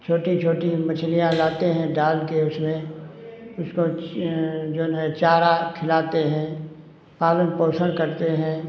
छोटी छोटी मछलियाँ लाते हैं डाल के उसमें उसको जऊन है चारा खिलाते हैं पालन पोषण करते हैं